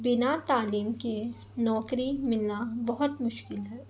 بنا تعلیم کے نوکری ملنا بہت مشکل ہے